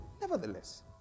Nevertheless